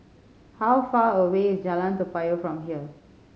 how far away is Jalan Toa Payoh from here